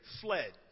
fled